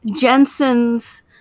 Jensen's